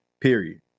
period